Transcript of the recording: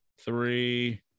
three